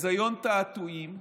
חזיון תעתועים,